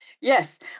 Yes